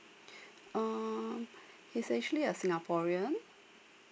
um he's actually a singaporean